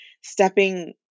stepping